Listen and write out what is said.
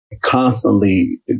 constantly